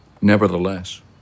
Nevertheless